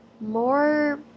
more